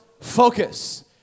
focus